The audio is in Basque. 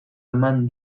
eman